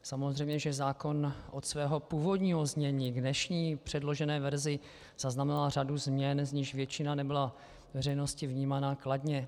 Samozřejmě že zákon od svého původního znění k dnešní předložené verzi zaznamenal řadu změn, z nichž většina nebyla veřejností vnímaná kladně.